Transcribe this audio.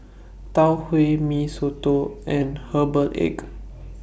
Tau Huay Mee Soto and Herbal Egg